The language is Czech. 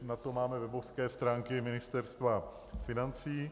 Na to máme webové stránky Ministerstva financí.